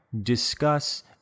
discuss